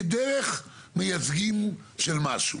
כדרך מייצגים של משהו.